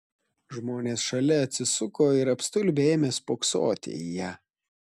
žmonės šalia atsisuko ir apstulbę ėmė spoksoti į ją